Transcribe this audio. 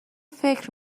فکر